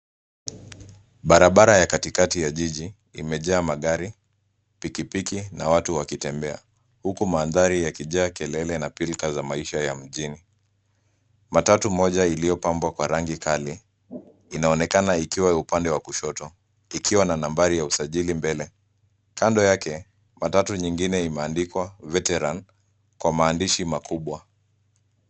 Barabara ya katikati ya jiji imejaa magari, pikipiki na watu wakitembea uku mandhari yakijaa kelele na pilka za maisha ya mjini. Matatu moja iliyopambwa kwa rangi kali inaonekana ikiwa upande wa kushoto ikiwa na nambari ya usajili mbele. Kando yake, matatu nyingine imeandikwa [VETERAN] kwa maandishi makubwa.